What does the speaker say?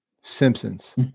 Simpsons